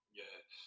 yes